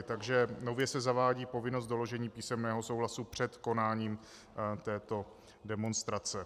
Takže nově se zavádí povinnost doložení písemného souhlasu před konáním této demonstrace.